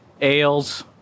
ales